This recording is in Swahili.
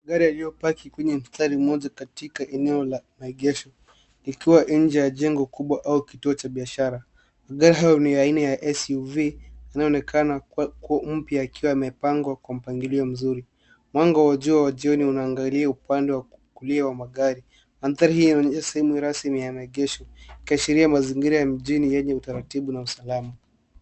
Gari yaliyopaki kwenye mstari mmoja katika eneo la maegesho likiwa nje ya jengo kubwa au kituo cha biashara. Gari ni aina ya Suv inayoonekana kuwa mpya yakiwa yamepangwa kwa mpangilio mzuri .Mwanga wa jua ya jioni unaangalia upande wa kulia wa magari. Maandhari hii inaonyesha sehemu rasmi maegesho ikiashiria mazingira ya mjini yenye utaratibu na usalama.